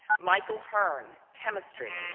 michael hern, chemistry.